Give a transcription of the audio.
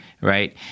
right